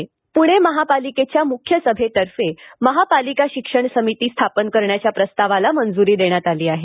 महापालिका शिक्षण समिती पुणे महापालिकेच्या मुख्य सभेतर्फे महापालिका शिक्षण समिती स्थापन करण्याच्या प्रस्तावाला मंजुरी देण्यात आली आहे